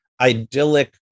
idyllic